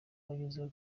rwagezeho